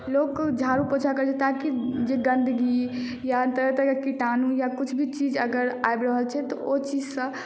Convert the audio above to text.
लोग झाड़ू पोंछा करै छै ताकी जे गन्दगी या तरह तरहके कीटाणु या किछु भी चीज अगर आबि रहल छै तऽ ओ चीजसँ